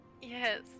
yes